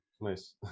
Nice